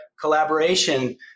collaboration